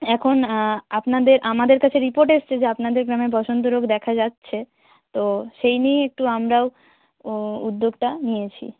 এখন আপনাদের আমাদের কাছে রিপোর্ট এসেছে যে আপনাদের গ্রামে বসন্ত রোগ দেখা যাচ্ছে তো সেই নিয়েই একটু আমরাও ও উদ্যোগটা নিয়েছি